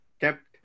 kept